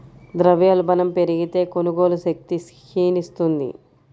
ద్రవ్యోల్బణం పెరిగితే, కొనుగోలు శక్తి క్షీణిస్తుంది